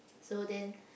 so then